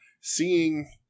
seeing